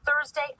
Thursday